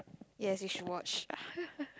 yes you should watch